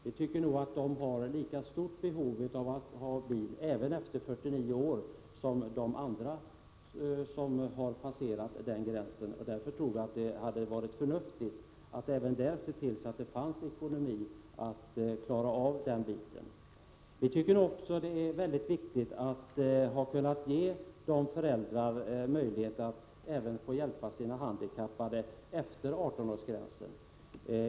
Vi tycker att de har lika stort behov av bil som andra som har passerat den gränsen. Därför tror vi att det hade varit förnuftigt att se till att det funnits ekonomi för att klara av den biten. Vi tycker också att det är väldigt viktigt att kunna ge föräldrar möjlighet att hjälpa sina handikappade barn som passerat 18-årsgränsen.